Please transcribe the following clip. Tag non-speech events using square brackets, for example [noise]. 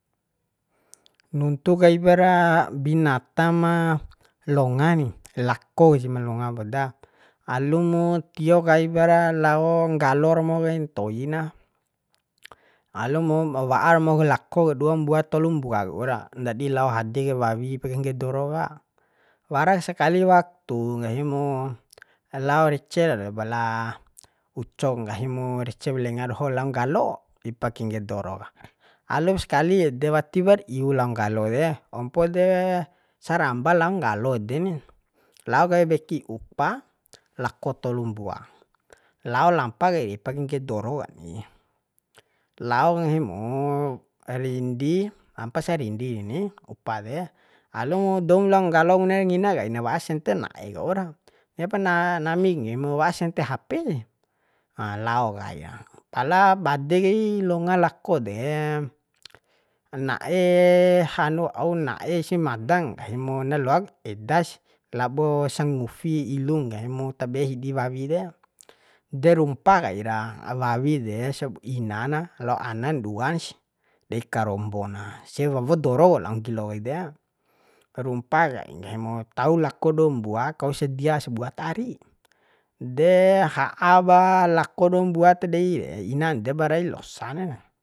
Nuntu kaipra binatam ma longa ni lako sih ma longa poda alumu tiokaipara lao nggalo romo kai ntoi na alu mo wa'a mo ko lako duambua tolu mbua kuwaura ndadi lao hade kai wawi ipa kengge doro ka waras sakali waktu ngghimu lao rece lalo bala uco nggahi mu recew lenga doho lao nggalo ipa kengge doro ka alem skali ede wati par iu lao nggalo de ompo de saramba lao nggalo ede ni lao kai weki upa lako tolu mbua lao lampa kai ipa kengge doro ani lao kanggahi mu rindi ampa sa rindi ni alu mu doum lao nggalo bune ngina kaina wa'a sente na'e waura heba na nggahimu wa'a sente hp sih [hesitation] laoka gahim pala bade kai longa lako de na'e hanu na'e isi madan nggahi mu na loak eda sih labo sangufi ilu nggahi mu tabe hidi wawi de de rumpa kaira wawi de sab ina na lao anan duansi dei karombo na sewawo doro waur lao nggilo kai de rumpa kai nggahim tau lako dua mbua kaus sedia sabua ta ari de ha'a ba lako dua mbua ta dei re inan depa rai losa na